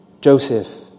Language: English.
Joseph